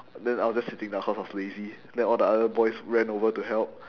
then I was just sitting down cause I was lazy then all the other boys ran over to help